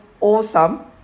Awesome